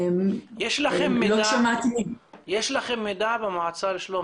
לא שמעתי --- יש לכם מידע במועצה לשלום